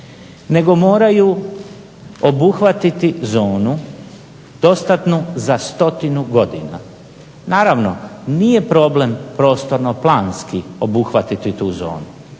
nego moraju obuhvatiti zonu dostatnu za stotinu godina. Naravno, nije problem prostorno planski obuhvatiti tu zonu,